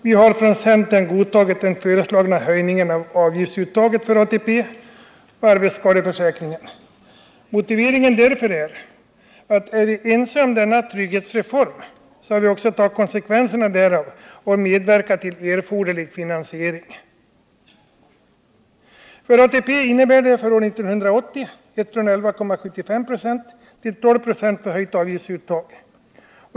Vi har från centern godtagit den föreslagna höjningen av avgiftsuttaget för ATP och arbetsskadeförsäkringen. Motiveringen härtill är att om vi är ense om dessa trygghetsreformer har vi också att ta konsekvenserna därav och medverka till erforderlig finansiering. För ATP innebär det för år 1980 ett från 11,75 96 till 12 96 förhöjt avgiftsuttag.